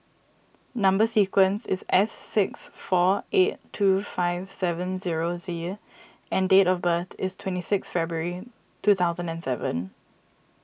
Number Sequence is S six four eight two five seven zero Z and date of birth is twenty six February two thousand and seven